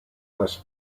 less